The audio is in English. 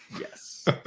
Yes